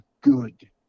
good